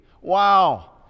Wow